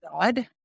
God